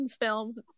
films